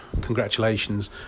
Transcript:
congratulations